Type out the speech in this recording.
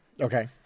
Okay